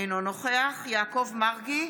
אינו נוכח יעקב מרגי,